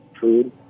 food